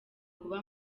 kuba